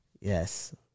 yes